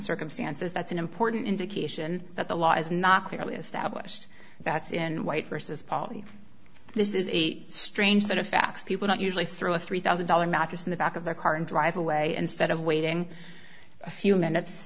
circumstances that's an important indication that the law is not clearly established that's in white versus poly this is a strange set of facts people don't usually through a three thousand dollars mattress in the back of their car and drive away instead of waiting a few minutes